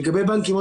לגבי בנקים,